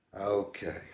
Okay